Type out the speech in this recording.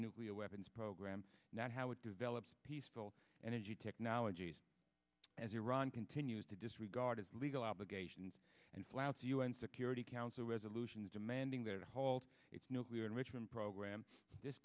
nuclear weapons program not how it develops peaceful energy technologies as iran continues to disregard his legal obligations and flout the un security council resolutions demanding that a halt its nuclear enrichment program this